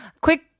Quick